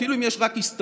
אפילו אם יש רק הסתברות,